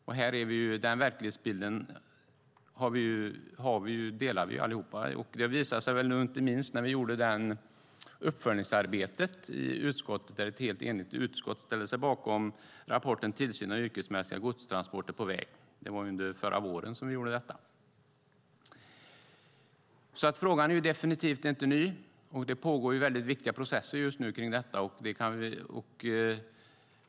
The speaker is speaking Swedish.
Den här verklighetsbilden delar vi allihop. Det visade sig inte minst när vi gjorde uppföljningsarbetet i utskottet. Ett helt enigt utskott ställde sig bakom rapporten Tillsynen av yrkesmässiga godstransporter på väg . Det var under förra våren som vi gjorde detta. Frågan är definitivt inte ny, och det pågår viktiga processer just nu kring detta.